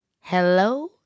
Hello